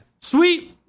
Sweet